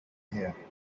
here